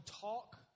talk